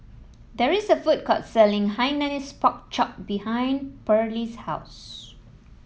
there is a food court selling Hainanese Pork Chop behind Perley's house